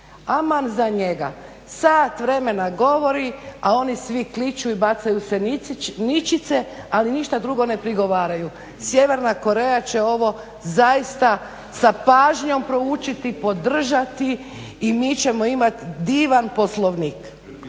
aman za njega. Sat vremena govori, a oni svi kliču i bacaju se ničice, ali ništa drugo ne prigovaraju. Sjeverna Koreja će ovo zaista sa pažnjom proučiti, podržati i mi ćemo imati divan Poslovnik.